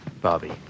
Bobby